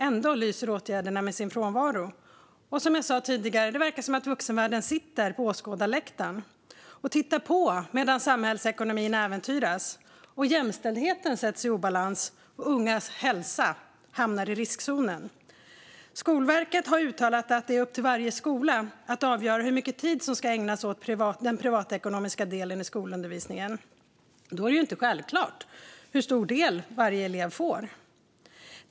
Ändå lyser åtgärderna med sin frånvaro, och vuxenvärlden verkar som sagt sitta på åskådarläktaren och titta på medan samhällsekonomin äventyras, jämställdheten sätts i obalans och ungas hälsa hamnar i riskzonen. Skolverket har uttalat att det är upp till varje skola att avgöra hur mycket tid som ska ägnas åt den privatekonomiska delen i skolundervisningen. Därför är det inte självklart hur stor del varje elev får.